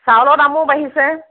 চাউলৰ দামো বাঢ়িছে